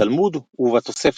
בתלמוד ובתוספתא.